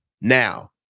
Now